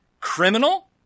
criminal